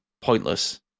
pointless